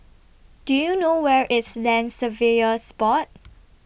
Do YOU know Where IS Land Surveyors Board